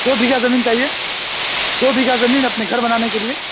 دو بیگھہ زمین چاہیے دو بیگھہ زمین اپنے گھر بنانے کے لیے